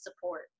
support